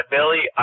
Billy